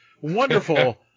wonderful